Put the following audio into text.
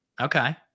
okay